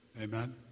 Amen